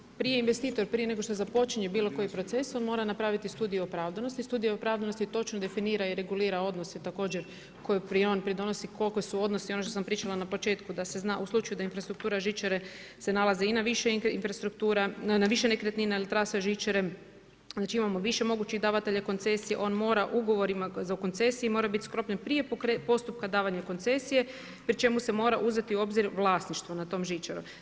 Znači prije investitor, prije nego što započinje bilo kojim procesom mora napraviti studije opravdanosti, studije opravdanosti točno definira i regulira odnose također koje on pridonosi koliko su odnosi, ono što sam pričala na početku da se zna u slučaju da infrastruktura žičare se nalaze i na više infrastruktura, na više nekretnina jer trase žičare, znači imamo više mogućih davatelja koncesije, on mora ugovorima o koncesiji mora biti sklopljen prije postupka davanju koncesije pri čemu se mora uzeti u obzir vlasništvo nad tom žičarom.